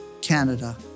Canada